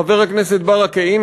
חבר הכנסת ברכה,